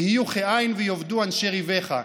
יהיו כאין ויאבדו אנשי ריבך,